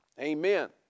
amen